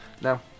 Now